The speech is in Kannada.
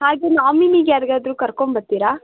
ಹಾಗೆ ನೋಮಿನಿಗೆ ಯಾರ್ಗಾದ್ರೂ ಕರ್ಕೊಂಡ್ಬರ್ತೀರಾ